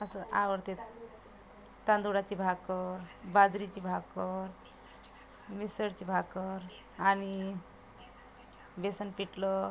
असं आवडते तांदूळाची भाकर बाजरीची भाकर मिसळची भाकर आणि बेसन पिठलं